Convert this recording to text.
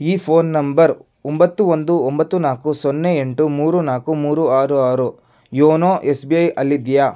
ಈ phone number ಒಂಬತ್ತು ಒಂದು ಒಂಬತ್ತು ನಾಲ್ಕು ಸೊನ್ನೆ ಎಂಟು ಮೂರು ನಾಲ್ಕು ಮೂರು ಆರು ಆರು ಯೋನೊ ಎಸ್ ಬಿ ಐ ಅಲ್ಲಿದೆಯಾ